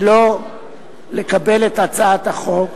לא לקבל את הצעת החוק.